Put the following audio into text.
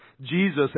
Jesus